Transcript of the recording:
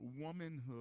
womanhood